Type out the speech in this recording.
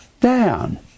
down